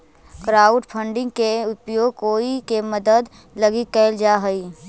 crowdfunding के उपयोग कोई के मदद लगी कैल जा हई